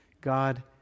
God